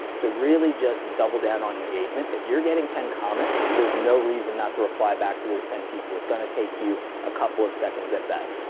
so really just double down on engagement. if you're getting ten comments, there's no reason not to reply back to those ten people, it's gonna take you a couple of seconds at best.